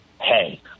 hey